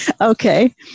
Okay